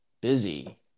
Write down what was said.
busy